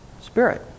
Spirit